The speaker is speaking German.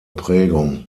prägung